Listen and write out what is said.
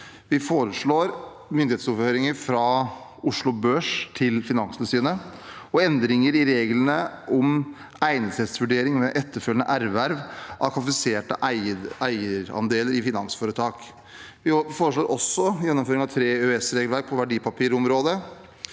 Vi foreslår myndighetsoverføringer fra Oslo Børs til Finanstilsynet og endringer i reglene om egnethetsvurderingen ved etterfølgende erverv av kvalifiserte eierandeler i finansforetak. Vi foreslår også gjennomføring av tre EØS-regelverk på verdipapirområdet.